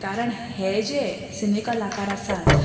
कारण हे जे सिनेकलाकार आसात